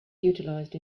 utilized